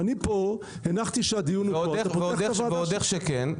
ועוד איך כן.